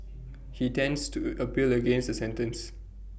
he tends to A appeal against the sentence